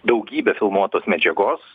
daugybę filmuotos medžiagos